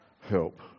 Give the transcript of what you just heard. help